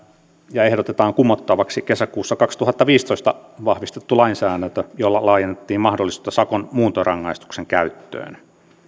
ja ehdotetaan kumottavaksi kesäkuussa kaksituhattaviisitoista vahvistettu lainsäädäntö jolla laajennettiin mahdollisuutta sakon muuntorangaistuksen käyttöön